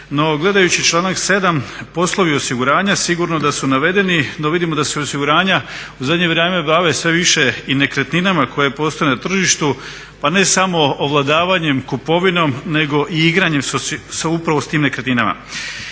gledajući članak 7.poslovi osiguranja sigurno da su navedeni, no vidimo da se i osiguranja u zadnje vrijeme bave sve više i nekretninama koje postoje na tržištu, pa ne samo ovladavanjem, kupovinom nego i igranjem sa upravo tim nekretninama.